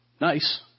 Nice